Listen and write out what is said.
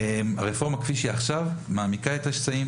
הרפורמה כפי שהיא עכשיו מעמיקה את השסעים,